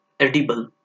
Edible